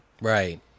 Right